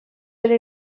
bere